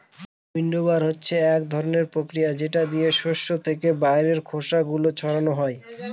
উইন্ডবার হচ্ছে এক ধরনের প্রক্রিয়া যেটা দিয়ে শস্য থেকে বাইরের খোসা গুলো ছাড়ানো হয়